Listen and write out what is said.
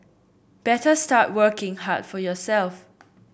better start working hard for yourself